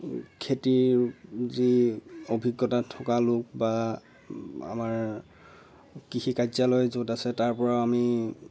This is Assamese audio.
খেতিৰ যি অভিজ্ঞতা থকা লোক বা আমাৰ কৃষি কাৰ্যালয় য'ত আছে তাৰ পৰাও আমি